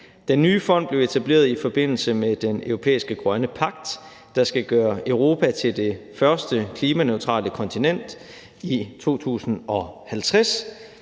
Den nye fond blev etableret i forbindelse med den europæiske grønne pagt, der skal gøre Europa til det første klimaneutrale kontinent i 2050,